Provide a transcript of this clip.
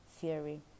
theory